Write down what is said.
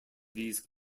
these